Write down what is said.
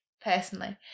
personally